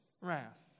wrath